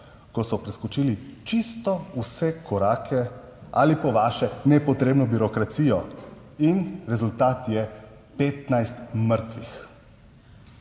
ko so preskočili čisto vse korake ali po vaše nepotrebno birokracijo in rezultat je 15 mrtvih.